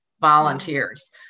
volunteers